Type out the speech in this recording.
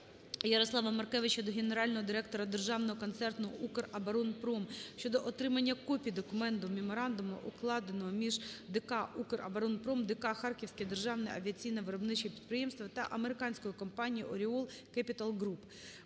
Ярослава Маркевича до генерального директора Державного концерну «Укроборонпром» щодо отримання копії документу (меморандуму), укладеного між ДК "УКРОБОРОНПРОМ", ДП "Харківське державне авіаційне виробниче підприємство" та американською компанією Oriole Capital Group.